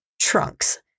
trunks